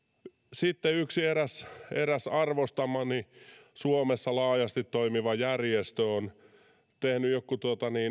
sitten eräs eräs arvostamani suomessa laajasti toimiva järjestö on tehnyt jotkut